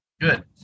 Good